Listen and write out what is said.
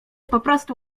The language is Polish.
poprostu